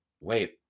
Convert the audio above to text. Wait